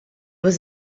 was